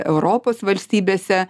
europos valstybėse